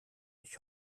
ich